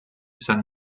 san